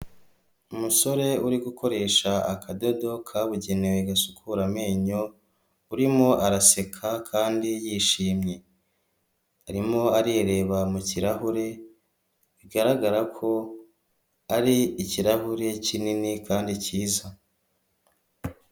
Umusore uri gukoresha akadodo kabugenewe gasukura amenyo urimo araseka kandi yishimye. Arimo arireba mu kirahure bigaragara ko ari ikirahure kinini kandi cyiza.